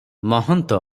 ମହନ୍ତ